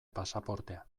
pasaportea